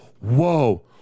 Whoa